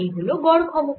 এই হল গড় ক্ষমতা